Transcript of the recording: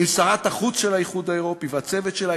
עם שרת החוץ של האיחוד האירופי והצוות שלה,